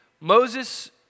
Moses